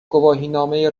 گواهینامه